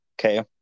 okay